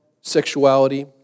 sexuality